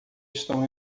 estão